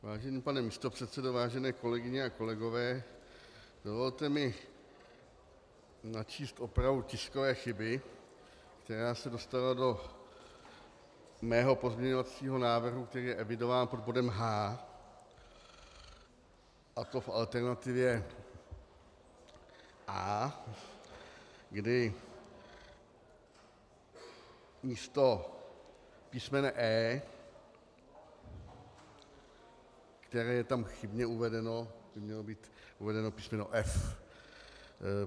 Vážený pane místopředsedo, vážené kolegyně a kolegové, dovolte mi načíst opravu tiskové chyby, která se dostala do mého pozměňovacího návrhu, který je evidován pod bodem H, a to v alternativě A, kdy místo písmene e), které je tam chybně uvedeno, by mělo být uvedeno písmeno f).